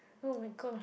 oh-my-gosh